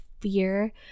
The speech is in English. fear